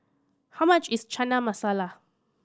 how much is Chana Masala